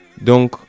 Donc